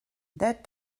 that